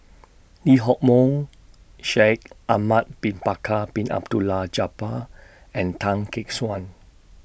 Lee Hock Moh Shaikh Ahmad Bin Bakar Bin Abdullah Jabbar and Tan Gek Suan